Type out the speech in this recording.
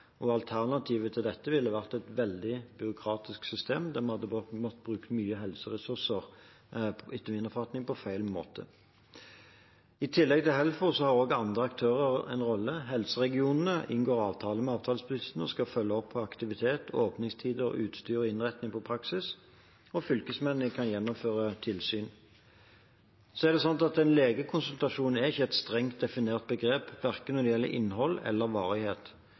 Alternativet til dette ville vært et veldig byråkratisk system, der vi etter min oppfatning hadde måttet bruke mange helseressurser på feil måte. I tillegg til Helfo har andre aktører en rolle. Helseregionene inngår avtale med avtalespesialistene og skal følge opp aktivitet, åpningstider, utstyr og innretningen på praksisen. Fylkesmannen kan gjennomføre tilsyn. En legekonsultasjon er ikke et strengt definert begrep, verken når det gjelder innhold eller varighet.